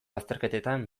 azterketetan